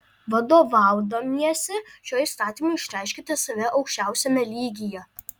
vadovaudamiesi šiuo įstatymu išreiškiate save aukščiausiame lygyje